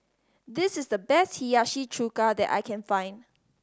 this is the best Hiyashi Chuka that I can find